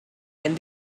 and